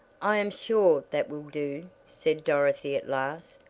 i am sure that will do, said dorothy at last,